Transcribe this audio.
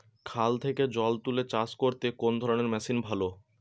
খাল থেকে জল তুলে চাষ করতে কোন ধরনের মেশিন ভালো?